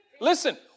listen